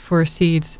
for seeds